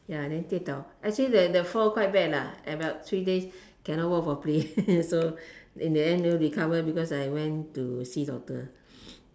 ya then 跌倒 actually the the fall quite bad lah about three days cannot walk properly so in the end r~ recover because I went to see doctor